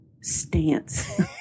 stance